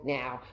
now